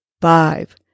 Five